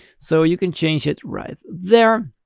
so you can change it right there.